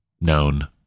known